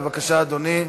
בבקשה, אדוני,